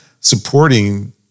supporting